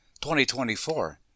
2024